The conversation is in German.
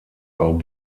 auch